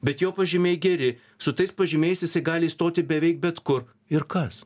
bet jo pažymiai geri su tais pažymiais jisai gali įstoti beveik bet kur ir kas